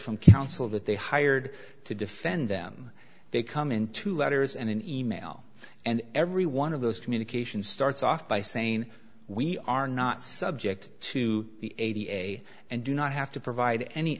from counsel that they hired to defend them they come into letters and an e mail and every one of those communication starts off by saying we are not subject to the a and do not have to provide any